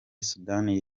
sudani